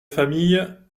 famille